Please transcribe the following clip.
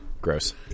Gross